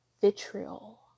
vitriol